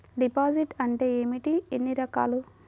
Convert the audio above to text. Deposit అంటే ఏమిటీ ఎన్ని రకాలు?